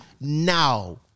now